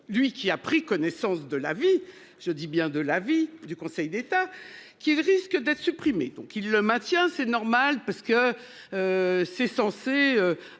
lui qui a pris connaissance de la vie, je dis bien de l'avis du Conseil d'État qui risquent d'être supprimés donc il le maintient. C'est normal parce que. C'est censé